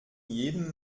jedem